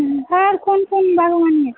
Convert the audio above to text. और कोन कोन भगवान यऽ